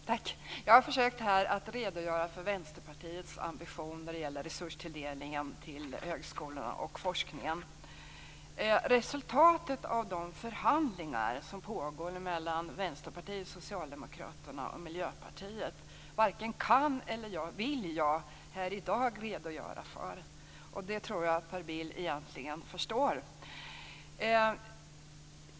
Fru talman! Jag har försökt att redogöra för Vänsterpartiets ambition vad gäller resurstilldelningen till högskolorna och forskningen. Vänsterpartiet, Socialdemokraterna och Miljöpartiet varken kan eller vill jag i dag redogöra för. Jag tror att Per Bill egentligen förstår det.